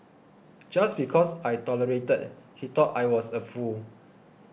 just because I tolerated he thought I was a fool